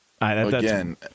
Again